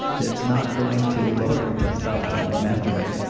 that's not going to lower your testosterone like masturbate.